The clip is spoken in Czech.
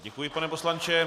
Děkuji pane poslanče.